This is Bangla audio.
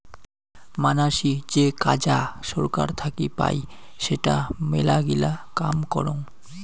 মানাসী যে কাজা সরকার থাকি পাই সেটা মেলাগিলা কাম করং